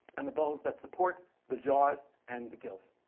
and the bones that support the jaws and the gills,